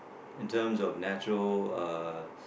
in terms of natural uh